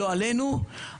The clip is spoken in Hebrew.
לא עלינו,